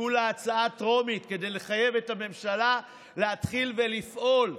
וכולה הצעה טרומית כדי לחייב את הממשלה להתחיל לפעול,